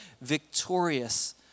victorious